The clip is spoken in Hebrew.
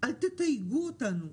אל תתייגו אותנו.